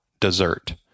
dessert